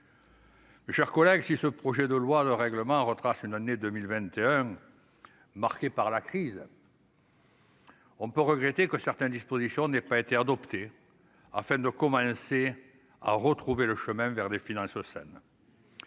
Chers collègues, si ce projet de loi, le règlement retrace une année 2021 marquée par la crise. On peut regretter que certaines dispositions n'aient pas été adopté afin de commencer à retrouver le chemin vers des finances saines,